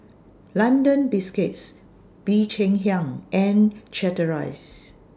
London Biscuits Bee Cheng Hiang and Chateraise